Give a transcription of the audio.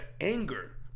anger